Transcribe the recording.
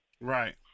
Right